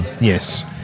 Yes